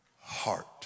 heart